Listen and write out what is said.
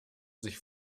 sich